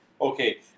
Okay